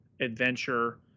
adventure